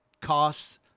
costs